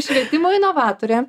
švietimo inovatore